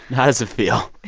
how does it feel?